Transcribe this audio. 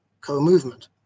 co-movement